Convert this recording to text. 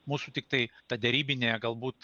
mūsų tiktai ta derybinė galbūt